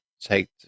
take